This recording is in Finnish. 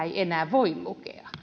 ei enää voi lukea